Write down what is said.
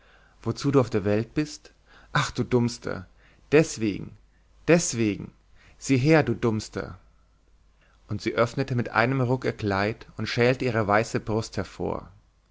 wozu du auf der welt bist ach du dummster des wegen deswegen sieh her du dummster und sie öffnete mit einem ruck ihr kleid und schälte ihre weiße brust hervor